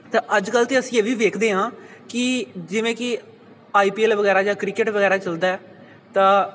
ਤਾਂ ਅੱਜ ਕੱਲ੍ਹ ਤਾਂ ਅਸੀਂ ਇਹ ਵੀ ਵੇਖਦੇ ਹਾਂ ਕਿ ਜਿਵੇਂ ਕਿ ਆਈ ਪੀ ਐਲ ਵਗੈਰਾ ਜਾਂ ਕ੍ਰਿਕਟ ਵਗੈਰਾ ਚੱਲਦਾ ਤਾਂ